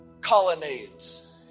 colonnades